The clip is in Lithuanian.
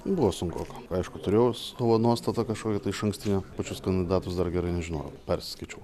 buvo sunkoka aišku turėjau savo nuostatą kažkokią tai išankstinę pačius kandidatus dar gerai nežinojau persiskaičiau